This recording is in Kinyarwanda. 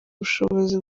ubushobozi